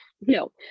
no